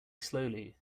slowly